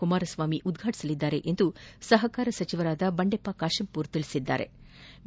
ಕುಮಾರಸ್ವಾಮಿ ಉದ್ವಾಟಸಲಿದ್ದಾರೆ ಎಂದು ಸಹಕಾರ ಸಚಿವ ಬಂಡೆಪ್ಪ ಕಾಶೆಂಪೂರ್ ತಿಳಿಬದ್ದಾರೆ